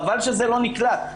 חבל שזה לא נקלט,